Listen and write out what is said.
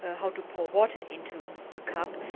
ah how to pour water into a cup,